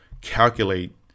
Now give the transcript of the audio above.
calculate